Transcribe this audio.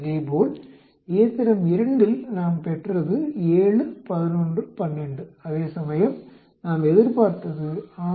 இதேபோல் இயந்திரம் 2 இல் நாம் பெற்றது 7 11 12 அதேசமயம் நாம் எதிர்பார்த்தது 6 12 12